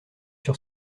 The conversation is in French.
sur